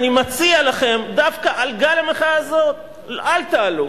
אני מציע לכם: דווקא על גל המחאה הזה אל תעלו.